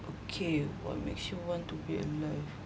okay what makes you want to be alive